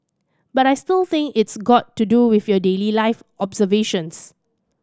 but I still think it's got to do with your daily life observations